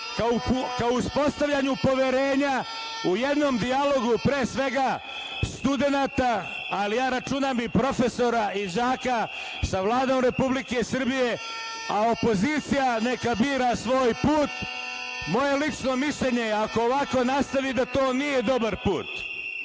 ka uspostavljanju poverenja u jednom dijalogu, pre svega, studenata, ali ja računam i profesora i đaka sa Vladom Republike Srbije, a opozicija neka bira svoj put. Moje lično mišljenje je ako ovako nastavi, da to nije dobar